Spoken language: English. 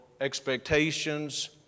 expectations